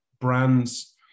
brands